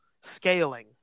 scaling